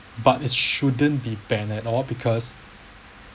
but it shouldn't be banned at all because